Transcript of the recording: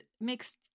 mixed